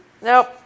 Nope